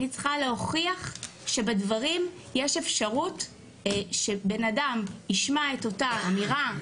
אני צריכה להוכיח שבדברים יש אפשרות שבן אדם ישמע את אותה אמירה,